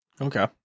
Okay